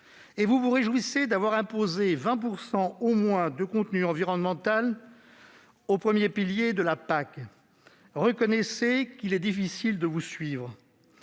et vous vous réjouissez d'avoir imposé 20 % au moins de contenu environnemental au premier pilier de la PAC. Reconnaissez-le : il est difficile de vous suivre